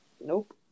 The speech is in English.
Nope